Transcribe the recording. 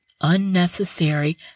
unnecessary